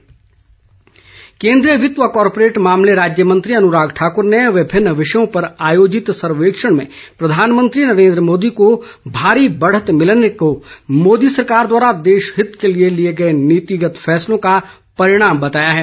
अनुराग ठाकुर केन्द्रीय वित्त व कॉरपोरेट मामले राज्य मंत्री अनुराग ठाकुर ने विभिन्न विषयों पर आयोजित सर्वेक्षण में प्रधानमंत्री नरेन्द्र मोदी को भारी बढ़त मिलने को मोदी सरकार द्वारा देशहित में लिए गए नीतिगत फैसलों का परिणाम बताया है